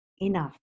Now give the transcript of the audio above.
Enough